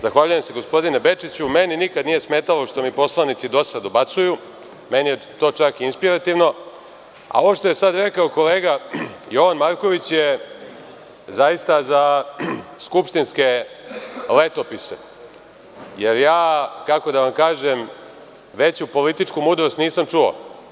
Zahvaljujem se gospodine Bečiću, meni nikada nije smetalo što mi poslanici DOS-a dobacuju, meni je to, čak inspirativno, a ovo što je sada rekao kolega, Jovan Marković je zaista za skupštinske letopise, jer ja, kako da vam kažem, veću političku mudrost nisam čuo.